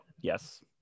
Yes